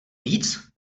víc